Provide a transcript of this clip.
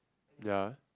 ya